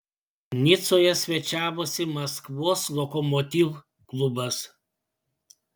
nicoje svečiavosi maskvos lokomotiv klubas